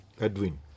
Edwin